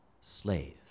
slave